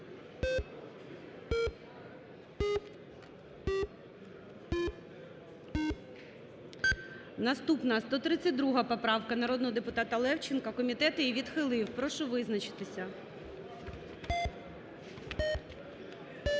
Наступна 155 поправка народного депутата Левченка, комітет її відхилив. Прошу визначитися.